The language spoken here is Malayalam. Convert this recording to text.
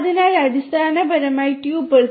അതിനാൽ അടിസ്ഥാനപരമായി ട്യൂപ്പിൾസ്